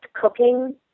cooking